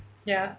ya